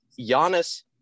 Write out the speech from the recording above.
Giannis